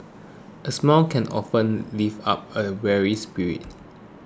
a smile can often lift up a weary spirit